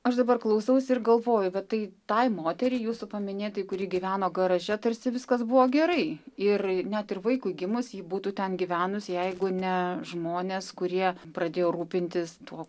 aš dabar klausausi ir galvoju bet tai tai moteriai jūsų paminėtai kuri gyveno garaže tarsi viskas buvo gerai ir net ir vaikui gimus ji būtų ten gyvenus jeigu ne žmonės kurie pradėjo rūpintis tuo